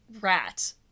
Rat